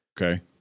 Okay